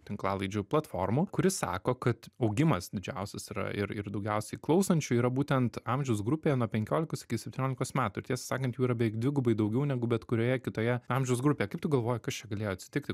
tinklalaidžių platformų kuri sako kad augimas didžiausias yra ir ir daugiausiai klausančių yra būtent amžiaus grupėje nuo penkiolikos iki septyniolikos metų ir tiesą sakant jų yra beveik dvigubai daugiau negu bet kurioje kitoje amžiaus grupėje kaip tu galvoji kas čia galėjo atsitikti